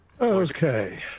Okay